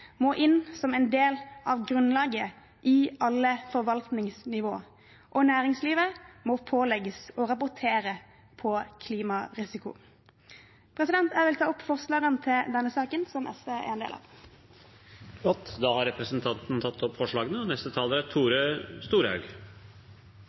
må inn som en del av grunnlaget i alle forvaltningsnivå, og næringslivet må pålegges å rapportere på klimarisiko. Jeg vil ta opp forslagene SV har sammen med Miljøpartiet De Grønne og Rødt. Representanten Solveig Skaugvoll Foss har tatt opp de forslagene